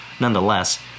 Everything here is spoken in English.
Nonetheless